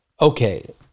Okay